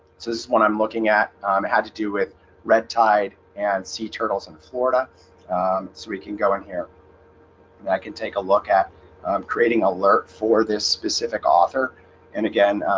this is what i'm looking at i had to do with red tide and sea turtles in florida so we can go in here that can take a look at um creating alert for this specific author and again,